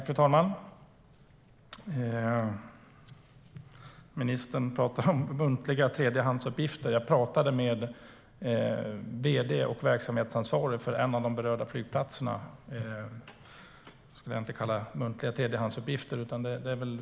Fru talman! Ministern pratar om "muntliga tredjehandsuppgifter". Jag pratade med vd och verksamhetsansvarig för en av de berörda flygplatserna. Det skulle jag inte kalla muntliga tredjehandsuppgifter.